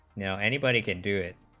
you know anybody can do it